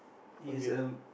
he is a